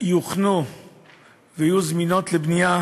יוכנו ויהיו זמינות לבנייה